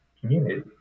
community